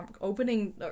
opening